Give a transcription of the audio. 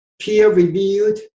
peer-reviewed